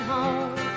Home